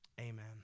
Amen